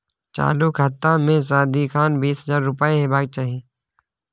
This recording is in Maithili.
चालु खाता मे सदिखन बीस हजार रुपैया हेबाक चाही